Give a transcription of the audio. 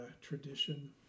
tradition